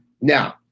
Now